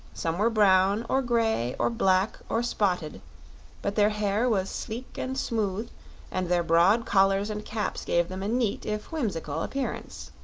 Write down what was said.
some were brown, or gray, or black, or spotted but their hair was sleek and smooth and their broad collars and caps gave them a neat, if whimsical, appearance.